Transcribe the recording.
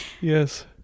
Yes